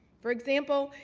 for example,